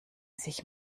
sich